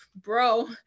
bro